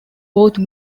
both